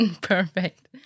Perfect